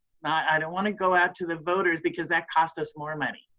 i don't wanna go out to the voters because that cost us more money.